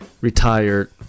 retired